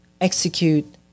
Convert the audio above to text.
execute